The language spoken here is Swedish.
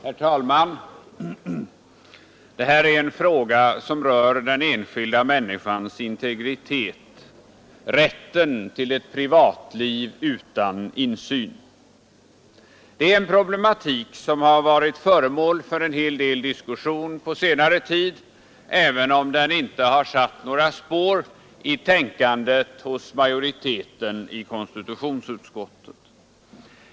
Herr talman! Det här är en fråga som rör den enskilda människans integritet, rätten till ett privatliv utan insyn. Det är en problematik som har varit föremål för en hel del diskussion på senare tid, även om den inte har satt några spår i tänkandet hos majoriteten i konstitutionsutskottet.